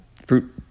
fruit